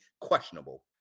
questionable